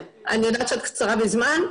אני יודעת שאת קצרה בזמן.